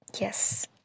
yes